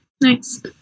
Nice